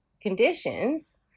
conditions